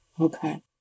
Okay